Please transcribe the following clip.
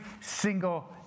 single